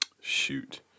Shoot